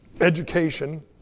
education